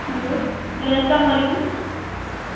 hello hello السلام علیکم